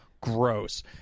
gross